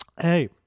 Hey